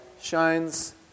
shines